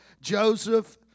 Joseph